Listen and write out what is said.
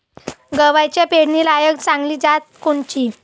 गव्हाची पेरनीलायक चांगली जात कोनची?